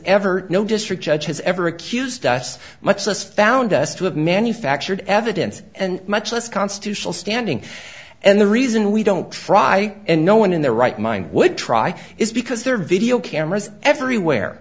ever known district judge has ever accused us much less found us to have manufactured evidence and much less constitutional standing and the reason we don't fry and no one in their right mind would try is because there are video cameras everywhere